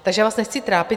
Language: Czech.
Takže já vás nechci trápit.